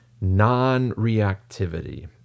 non-reactivity